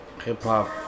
Hip-hop